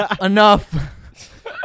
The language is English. Enough